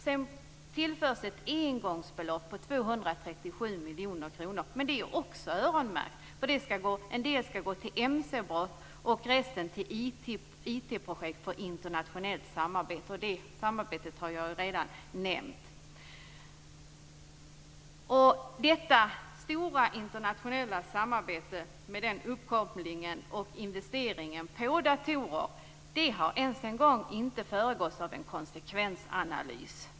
Sedan tillförs ett engångsbelopp på 237 miljoner kronor, men också det är öronmärkt. En del skall gå till bekämpandet av mc-brott, och resten skall gå till IT-projekt för internationellt samarbete, vilket jag redan har nämnt. Detta stora internationella samarbete, med uppkoppling och investering i datorer, har inte ens föregåtts av en konsekvensanalys.